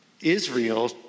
Israel